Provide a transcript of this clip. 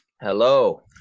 Hello